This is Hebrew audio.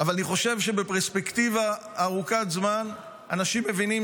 בפרספקטיבה ארוכת זמן אנשים מבינים